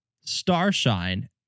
Starshine